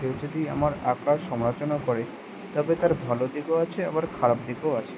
কেউ যদি আমার আঁকার সমালোচনা করে তবে তার ভালো দিকও আছে আবার খারাপ দিকও আছে